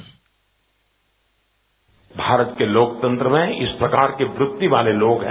bite Bharat के लोकतंत्र में इस प्रकार के वृत्ति वाले लोग हैं